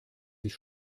sich